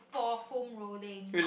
for foam rolling